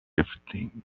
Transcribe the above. everything